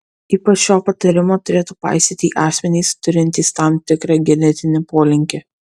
ypač šio patarimo turėtų paisyti asmenys turintys tam tikrą genetinį polinkį